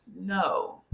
no